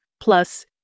plus